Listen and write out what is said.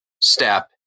step